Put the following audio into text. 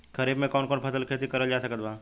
खरीफ मे कौन कौन फसल के खेती करल जा सकत बा?